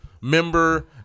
member